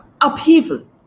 upheaval